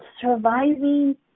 surviving